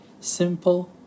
simple